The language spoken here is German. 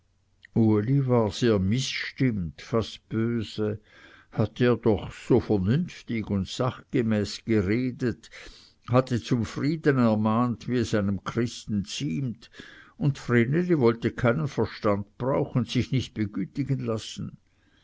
sehr mißstimmt fast böse hatte er doch so vernünftig und sachgemäß geredet hatte zum frieden ermahnt wie es einem christen ziemt und vreneli wollte keinen verstand brauchen sich nicht begütigen lassen